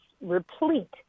replete